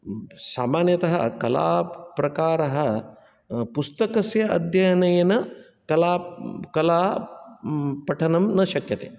सामान्यतः कलाप्रकारः पुस्तकस्य अध्ययनेन कला कला पठनं न शक्यते